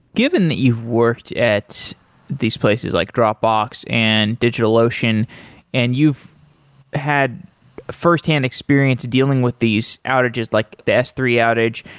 given that you've worked at these places, like dropbox and digitalocean and you've had first-hand experience dealing with these outages, like the s three outage,